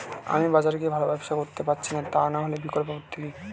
আমি বাজারে গিয়ে ভালো ব্যবসা করতে পারছি না তাহলে বিকল্প পদ্ধতি কি?